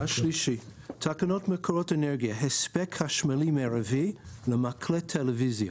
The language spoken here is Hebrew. תקנות מקורות אנרגיה (הספק חשמלי מרבי למקלט טלוויזיה)